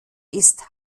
ist